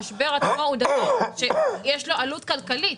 למשבר עצמו יש עלות כלכלית,